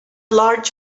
large